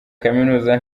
kuminuza